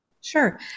Sure